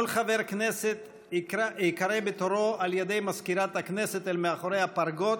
כל חבר כנסת ייקרא בתורו על ידי מזכירת הכנסת אל מאחורי הפרגוד